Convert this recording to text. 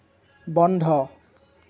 বন্ধ